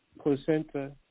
placenta